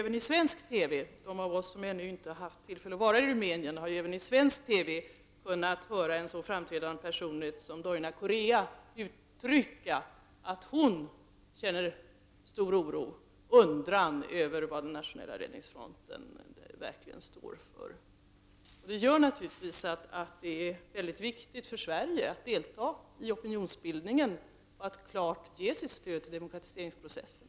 Vi som ännu inte har haft tillfälle att vara i Rumänien har juisvensk TV kunnat höra en så framstående personlighet som Doina Corea säga att hon känner stor oro och undran över vad Nationella räddningsfronten verkligen står för. Detta betyder naturligtvis att det är mycket viktigt för Sverige att delta i opinionsbildningen och klart ge sitt stöd till demokratiseringsprocessen.